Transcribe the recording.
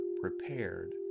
prepared